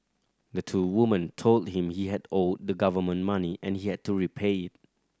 the two woman told him he had owed the government money and he had to repay it